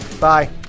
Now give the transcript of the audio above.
Bye